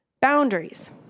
Boundaries